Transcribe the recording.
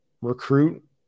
recruit